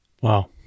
Wow